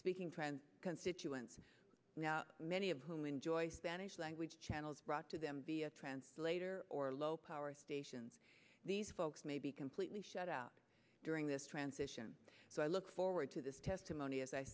speaking trans constituents many of whom enjoy spanish language channels brought to them via translator or low power stations these folks may be completely shut out during this transition so i look forward to this testimony as i